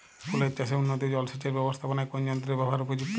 ফুলের চাষে উন্নত জলসেচ এর ব্যাবস্থাপনায় কোন যন্ত্রের ব্যবহার উপযুক্ত?